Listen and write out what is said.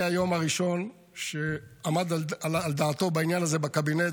מהיום הראשון שעמד על דעתו בעניין הזה בקבינט,